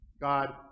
God